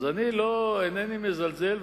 אז אני אינני מזלזל,